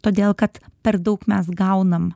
todėl kad per daug mes gaunam